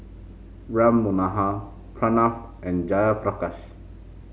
Ram Manohar Pranav and Jayaprakash